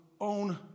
own